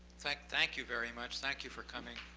thank thank you very much. thank you for coming.